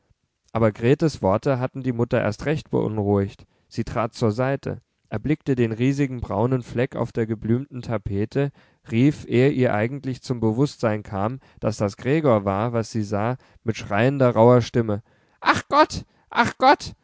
aber gretes worte hatten die mutter erst recht beunruhigt sie trat zur seite erblickte den riesigen braunen fleck auf der geblümten tapete rief ehe ihr eigentlich zum bewußtsein kam daß das gregor war was sie sah mit schreiender rauher stimme ach gott ach gott